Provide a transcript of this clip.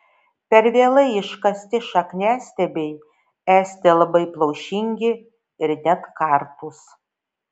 per vėlai iškasti šakniastiebiai esti labai plaušingi ir net kartūs